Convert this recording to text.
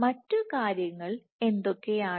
മറ്റ് കാര്യങ്ങൾ എന്തൊക്കെയാണ്